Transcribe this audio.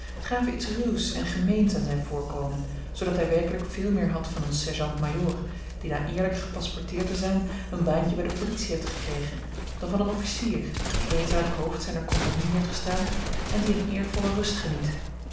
gaven iets ruws en gemeens aan zijn voorkomen zoodat hij werkelijk veel meer had van een sergeant-majoor die na eerlijk gepasporteerd te zijn een baantje bij de politie heeft gekregen dan van een officier die eens aan het hoofd zijner compagnie heeft gestaan en die eene eervolle rust geniet